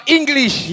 English